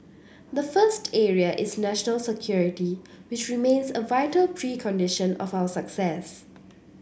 the first area is national security which remains a vital precondition of our success